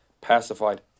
pacified